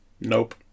nope